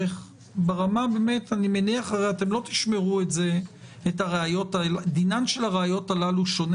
הרי לא תשמרו את הראיות האלה דינן של הראיות הללו שונה